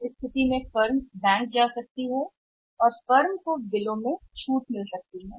उस स्थिति में फर्म बैंक जा सकती है और फर्म को बिलों में छूट मिल सकती है